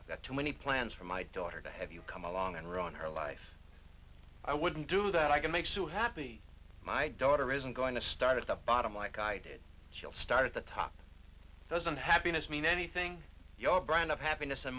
that too many plans for my daughter to have you come along and ruin her life i wouldn't do that i can make sure happy my daughter isn't going to start at the bottom like i did she'll start at the top doesn't happiness mean anything your brand of happiness and